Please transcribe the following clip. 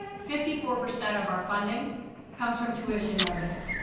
fifty four percent of our funding comes from tuition revenue,